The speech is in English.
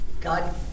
God